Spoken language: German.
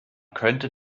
könnte